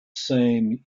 same